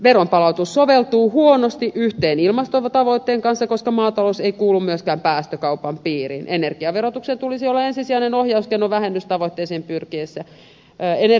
veronpalautus soveltuu huonosti yhteen ilmastotavoitteen kanssa koska maatalous ei kuulu päästökaupan piiriin energiaverotuksen tulisi olla ensisijainen ohjauskeino vähennystavoitteisiin pyrittäessä